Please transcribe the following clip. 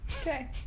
okay